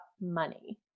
money